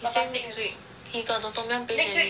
he say next week he got the tom-yum paste already